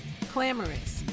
Clamorous